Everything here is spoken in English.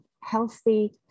healthy